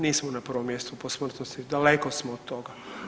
Nismo na prvom mjestu po smrtnosti, daleko smo od toga.